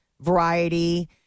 variety